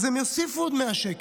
אז הם יוסיפו עוד 100 שקל,